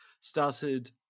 started